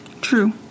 True